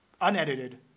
unedited